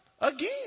Again